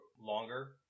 longer